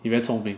he very 聪明